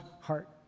heart